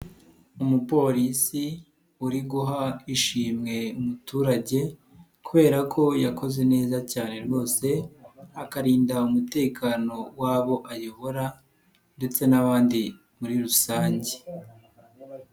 Umupolisi uri guha ishimwe umuturage kubera ko yakoze neza cyane rwose, akarinda umutekano w'abo ayobora ndetse n'abandi muri rusange.